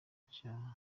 cya